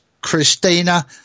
Christina